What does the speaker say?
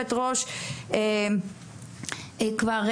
למעשה ארגון